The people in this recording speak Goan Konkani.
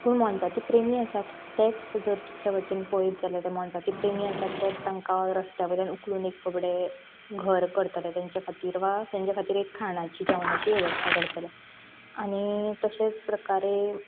पूण मोनजाती प्रेमी आसात तेंच जर दुसरें वाटेन पळेत जाल्यार तें मोनजाती प्रेमी आसा तें तांकां रसत्या वयल्यान उकलून एक बगलेक घर करतलें तेंच्या खातीर वा तेंच्या एक खातीर खाणांची जेवणाची वेवस्था करतलें आनी तशेंच प्रकारे